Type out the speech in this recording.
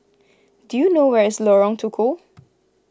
do you know where is Lorong Tukol